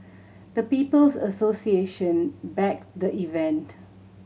the People's Association backed the event